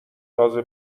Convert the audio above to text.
تازه